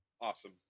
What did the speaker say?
awesome